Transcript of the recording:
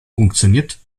funktioniert